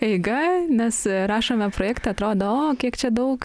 eiga nes rašome projektą atrodo o kiek čia daug